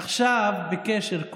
עכשיו בקשר,